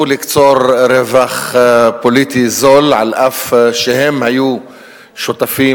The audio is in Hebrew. לקצור רווח פוליטי זול אף שהם היו שותפים